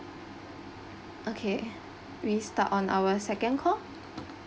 okay we start on our second call